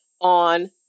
on